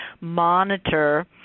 monitor